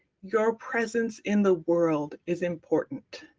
your presence in the world is important.